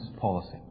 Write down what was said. policy